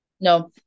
no